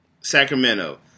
Sacramento